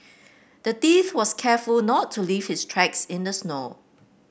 the thief was careful not to leave his tracks in the snow